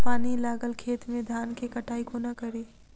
पानि लागल खेत मे धान केँ कटाई कोना कड़ी?